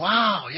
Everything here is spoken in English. Wow